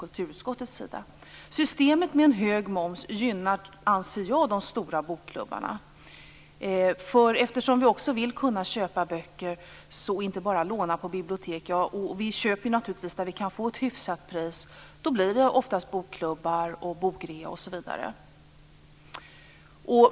Jag anser att systemet med en hög moms gynnar de stora bokklubbarna. Eftersom man också vill kunna köpa böcker - och inte bara låna på bibliotek - till ett hyfsat pris blir det ofta från bokklubbar och på bokrea.